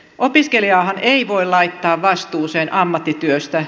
opiskelijaahan ei voi laittaa vastuuseen ammattityöstä